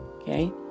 Okay